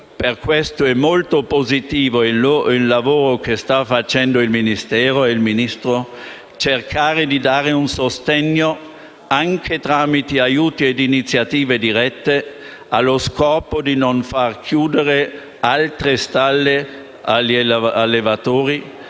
Per questo è molto positivo il lavoro che stanno facendo il Ministro e il suo Ministero, cercando di dare un sostegno anche tramite aiuti ed iniziative dirette allo scopo di non fare chiudere altre stalle agli allevatori,